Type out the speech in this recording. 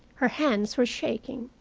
her hands were shaking,